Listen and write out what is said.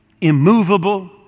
immovable